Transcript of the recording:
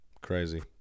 Crazy